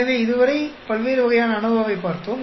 எனவே இதுவரை பல்வேறு வகையான அநோவாவைப் பார்த்தோம்